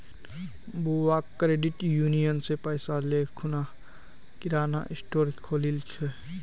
बुआ credit union स पैसा ले खूना किराना स्टोर खोलील छ